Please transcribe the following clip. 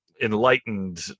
enlightened